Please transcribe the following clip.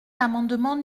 l’amendement